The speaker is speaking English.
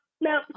no